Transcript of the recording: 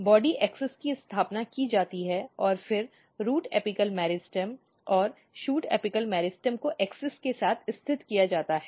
शारीरिक अक्ष की स्थापना की जाती है और फिर रूट एपिकल मेरिस्टेम और शूट एपिकल मेरिस्टेम को अक्ष के साथ स्थित किया जाता है